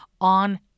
on